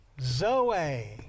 Zoe